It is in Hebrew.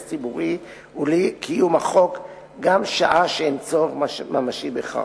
ציבורי ולאי-קיום החוק גם שעה שאין צורך ממשי בכך.